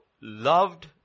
loved